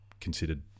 considered